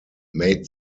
made